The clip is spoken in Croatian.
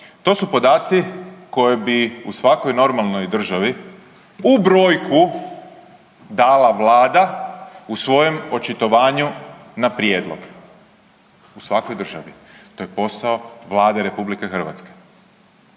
To su podaci koje bi u svakoj normalnoj državi u brojku dala vlada u svojem očitovanju na prijedlog, u svakoj državi. To je posao Vlade RH.